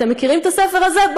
אתם מכירים את הספר הזה?